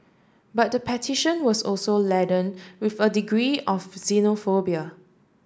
but the petition was also laden with a degree of xenophobia